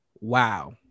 Wow